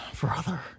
brother